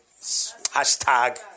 hashtag